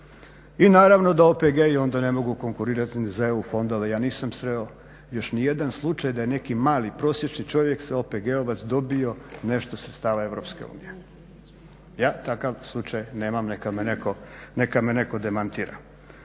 i naravno da OPG-i onda ne mogu konkurirati ni za EU fondove. Ja nisam sreo još ni jedan slučaj da je neki mali, prosječni čovjek OPG-ovac dobio nešto sredstava EU. Ja takav slučaj nemam. Neka me netko demantira.